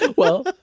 well,